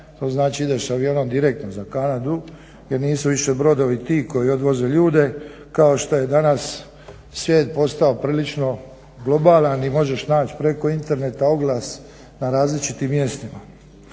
to znači ideš avionom direktno za Kanadu, jer nisu više brodovi ti koji odvoze ljude kao što je danas svijet postao prilično globalan i možeš nać preko interneta oglas na različitim mjestima.